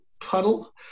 puddle